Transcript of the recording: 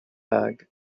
bag